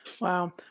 wow